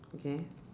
okay